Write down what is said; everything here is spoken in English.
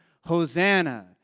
Hosanna